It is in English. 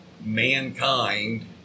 Mankind